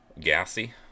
gassy